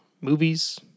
movies